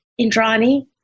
Indrani